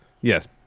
Yes